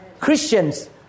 Christians